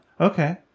Okay